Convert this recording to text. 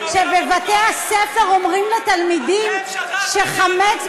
כשבבתי-הספר אומרים לתלמידים שחמץ,